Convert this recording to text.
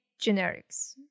generics